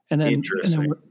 Interesting